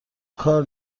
کار